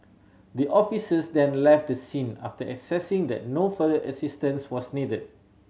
the officers then left the scene after assessing that no further assistance was needed